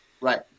Right